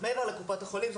מעבר לקופות החולים,